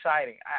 exciting